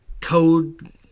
code